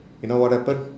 you know what happened